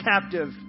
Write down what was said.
captive